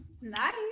Nice